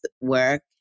work